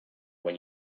when